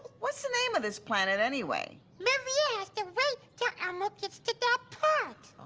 what's the name of this planet anyway? maria has to wait til elmo gets to that part.